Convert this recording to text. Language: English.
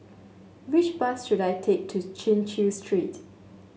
which bus should I take to Chin Chew Street